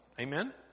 Amen